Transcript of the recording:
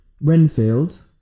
Renfield